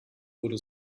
wurde